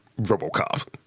Robocop